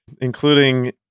including